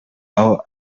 aho